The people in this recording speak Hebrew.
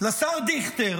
אז אמרתי לשר דיכטר,